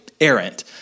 errant